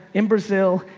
in brazil,